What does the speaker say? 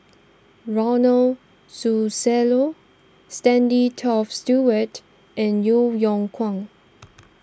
Ronald Susilo Stanley Toft Stewart and Yeo Yeow Kwang